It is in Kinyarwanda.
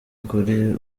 kuri